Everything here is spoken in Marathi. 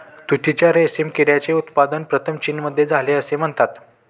तुतीच्या रेशीम किड्याचे उत्पादन प्रथम चीनमध्ये झाले असे म्हणतात